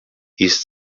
east